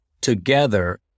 together